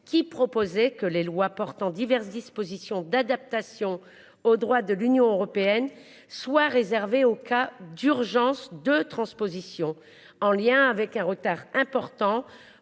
qui proposait que les lois portant diverses dispositions d'adaptation au droit de l'Union européenne soit réservé aux cas d'urgence de transposition en lien avec un retard important,